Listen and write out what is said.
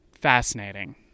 fascinating